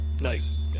Nice